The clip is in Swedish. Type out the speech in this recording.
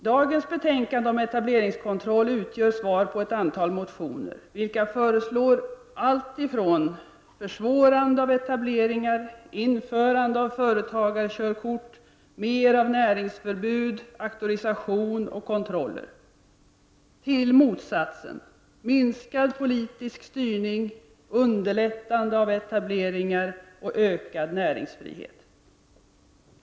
Dagens betänkande om etableringskontroll utgör svar på ett antal motioner, i vilka föreslås allt ifrån försvårande av etableringar, införandet av företagarkörkort, mer av näringsförbud, auktorisation och kontroller till motsatsen: minskad politisk styrning, underlättande av etableringar och ökad näringsfrihet.